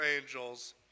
angels